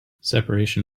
separation